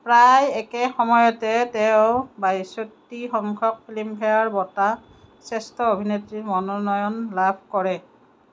প্ৰায় একেসময়তে তেওঁ বাইচট্টী সংখ্যক ফিল্মফেয়াৰ বঁটাত শ্ৰেষ্ঠ অভিনেত্ৰীৰ মনোনয়ন লাভ কৰে